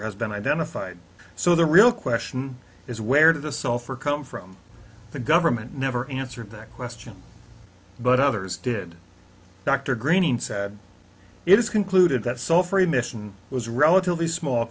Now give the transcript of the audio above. ur has been identified so the real question is where did the sulfur come from the government never answered that question but others did dr greening said it is concluded that so free admission was relatively small